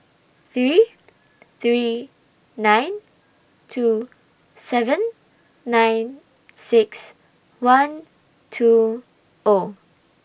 three three nine two seven nine six one two O